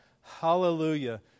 Hallelujah